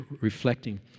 reflecting